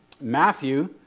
Matthew